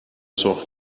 سرخ